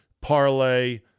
parlay